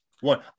one